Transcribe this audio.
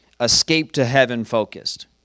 escape-to-heaven-focused